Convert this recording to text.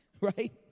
Right